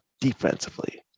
defensively